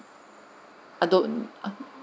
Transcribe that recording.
I don't